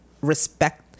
respect